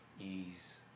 ease